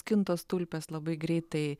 skintos tulpės labai greitai